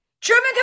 Truman